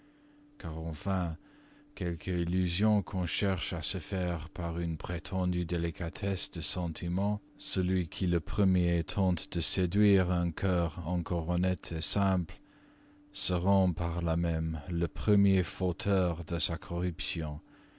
car enfin quelque illusion qu'on cherche à se faire par une prétendue délicatesse de sentiments celui qui le premier tente de séduire un cœur encore honnête simple se rend par là même le premier fauteur de sa corruption